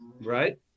Right